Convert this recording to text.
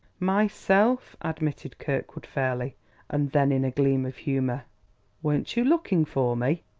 myself, admitted kirkwood fairly and then, in a gleam of humor weren't you looking for me?